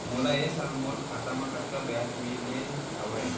मोला ए साल मोर खाता म कतका ब्याज मिले हवये?